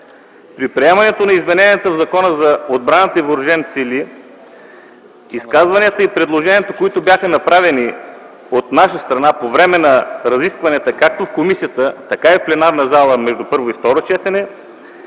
При приемането на измененията в Закона за отбраната и въоръжените сили изказванията и предложенията, които бяха направени от наша страна по време на разискванията както в комисията, така и в пленарната зала между първо и второ четене,